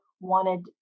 wanted